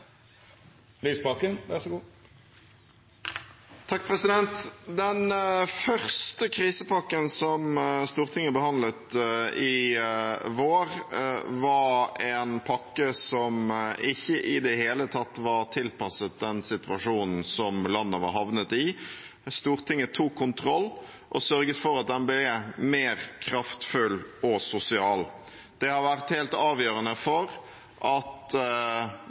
Den første krisepakken Stortinget behandlet i vår, var en pakke som ikke i det hele tatt var tilpasset den situasjonen landet var havnet i, men Stortinget tok kontroll og sørget for at den ble mer kraftfull og sosial. Det har vært helt avgjørende for at